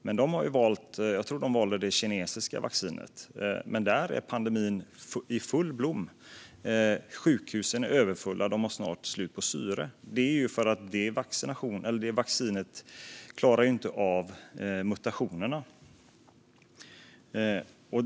Men de valde det kinesiska vaccinet, tror jag, och hos dem är pandemin i full blom. Sjukhusen är överfulla, och de har snart slut på syre. Det är för att det vaccinet inte klarar av mutationerna.